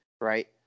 right